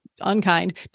unkind